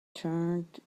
turned